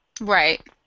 right